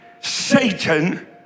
Satan